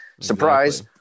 Surprise